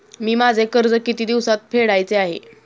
मी माझे कर्ज किती दिवसांत फेडायचे आहे?